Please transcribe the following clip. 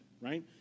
right